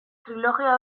trilogia